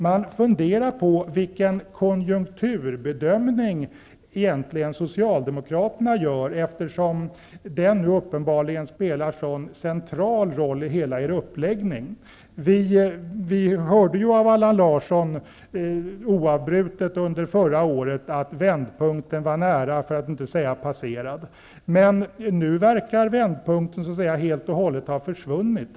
Man funderar på vilken konjunkturbedömning Socialdemokraterna egentligen gör, eftersom den uppenbarligen spelar en sådan central roll i hela deras uppläggning. Vi hörde ju ständigt under förra året Allan Larsson säga att vändpunkten var nära, för att inte säga passerad, men nu verkar vändpunkten så att säga helt och hållet ha försvunnit.